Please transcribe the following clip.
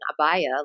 abaya